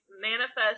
Manifest